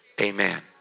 Amen